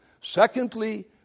secondly